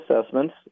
assessments